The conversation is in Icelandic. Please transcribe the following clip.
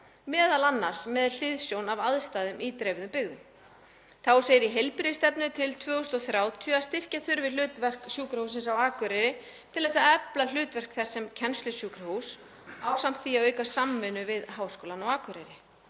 m.a. með hliðsjón af aðstæðum í dreifðum byggðum.“ Þá segir í heilbrigðisstefnu til 2030 að styrkja þurfi hlutverk Sjúkrahússins á Akureyri til þess að efla hlutverk þess sem kennslusjúkrahús ásamt því að auka samvinnu við Háskólann á Akureyri.